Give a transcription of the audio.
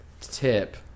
tip